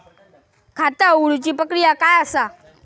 खाता उघडुची प्रक्रिया काय असा?